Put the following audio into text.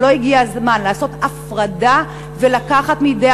האם לא הגיע הזמן לעשות הפרדה ולקחת מידי